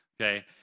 Okay